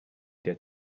der